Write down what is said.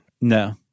No